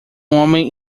homem